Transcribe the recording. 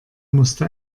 musste